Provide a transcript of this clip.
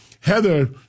Heather